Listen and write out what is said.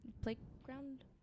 playground